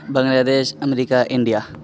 بنگلہ دیش America India